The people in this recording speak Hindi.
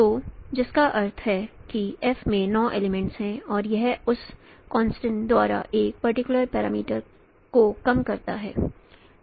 तो जिसका अर्थ है कि F में 9 एलीमेंट्स हैं और यह उस कनसट्रेनड द्वारा एक पर्टिकुलर पैरामीटर को कम करता है